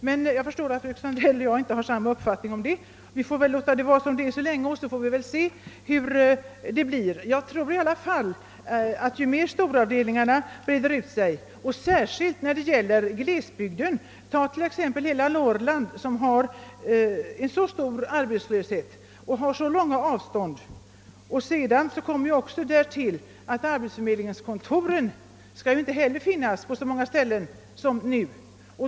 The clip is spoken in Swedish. Men jag förstår att fröken Sandell och jag inte har samma uppfattning om detta. Jag tror i alla fall att läget blir sämre ju mer storavdelningarna breder ut sig. Detta gäller särskilt glesbygden. Ta t.ex. Norrland som har så stor arbetslöshet och så långa avstånd. Därtill kommer att inte heller arbetsförmedlingskontor skall finnas på lika många ställen som nu.